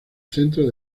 centro